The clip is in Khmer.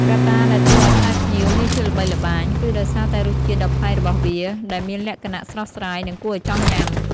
កត្តាដែលធ្វើឱ្យផ្លែផ្ញៀវមានភាពល្បីល្បាញ គឺដោយសារតែរសជាតិដ៏ប្លែករបស់វាដែលមានលក្ខណៈស្រស់ស្រាយ និងគួរឱ្យចង់ញ៉ាំ។